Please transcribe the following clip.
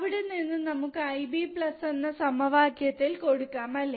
അവിടെ നിന്ന് നമുക്ക് Ib എന്ന സമവാക്യത്തിൽ കൊടുക്കാം അല്ലെ